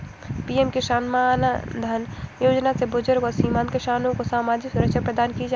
PM Kisan Maandhan Yojana से बुजुर्ग एवं सीमांत किसान को सामाजिक सुरक्षा प्रदान की जाती है